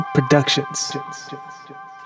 Productions